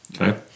Okay